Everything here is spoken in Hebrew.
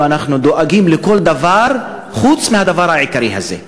אנחנו דואגים לכל דבר חוץ מלדבר העיקרי הזה.